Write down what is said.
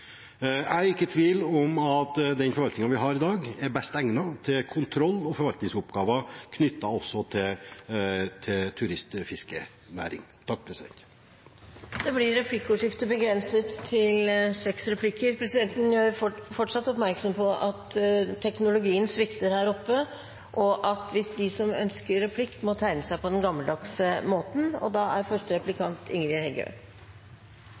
Jeg er ikke i tvil om at den forvaltningen vi har i dag, er best egnet til kontroll- og forvaltningsoppgaver knyttet til turistfiskenæringen. Det blir replikkordskifte. Presidenten gjør igjen oppmerksom på at teknologien svikter her, og at de som ønsker ordet til replikk, må tegne seg på den gammeldagse måten. Utanlandske turistar har ikkje høve til å selja fangsten sin, og Stortinget påpeikar at det er